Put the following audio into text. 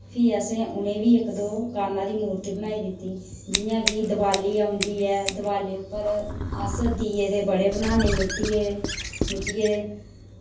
फ्ही असें उन्हें बी इक दो कान्हा दी मूर्ति बनाई दित्ती जि'यां कि दवाली औंदी ऐ दवाली उप्पर अस दीए दे बड़े बनाने मित्तीये दे मिट्टी ये दे